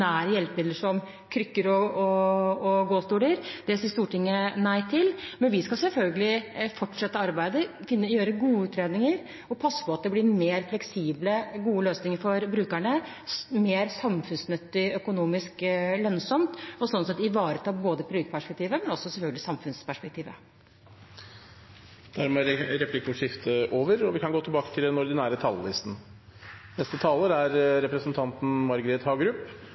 som krykker og gåstoler. Det sier Stortinget nei til. Vi skal selvfølgelig fortsette arbeidet, gjøre gode utredninger og passe på at det blir mer fleksible og gode løsninger for brukerne, mer samfunnsnyttig og økonomisk lønnsomt, og slik sett ivareta både produktperspektivet og, selvfølgelig, også samfunnsperspektivet. Replikkordskiftet er omme. De talere som heretter får ordet, har en taletid på inntil 3 minutter. Det er